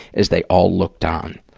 as they all looked on.